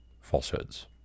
falsehoods